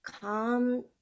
come